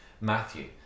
Matthew